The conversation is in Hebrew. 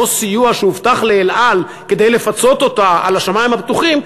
סיוע שהובטח ל"אל על" כדי לפצות אותה על השמים הפתוחים,